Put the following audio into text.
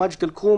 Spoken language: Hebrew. מג'ד אל-כרום,